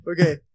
Okay